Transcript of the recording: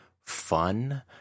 fun